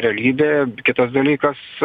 realybė kitas dalykas